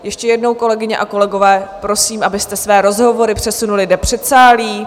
Ještě jednou, kolegyně a kolegové, prosím, abyste své rozhovory přesunuli do předsálí.